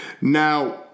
now